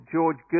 George